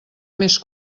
més